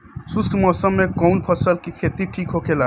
शुष्क मौसम में कउन फसल के खेती ठीक होखेला?